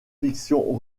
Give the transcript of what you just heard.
fiction